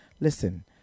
Listen